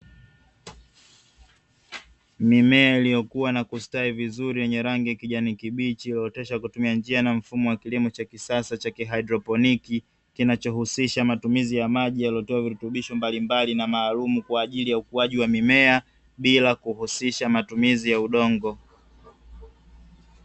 Mimea iliyokua na kustawi vizuri yenye rangi kijani kibichi iliyooteshwa kutumia njia na mfumo wa kilimo cha kisasa cha "hydroponic", kinachohusisha matumizi ya maji yaliyotiwa virutubishi mbalimbali na maalumu kwa ajili ya ukuaji wa mimea bila kuhusisha matumizi ya udongo.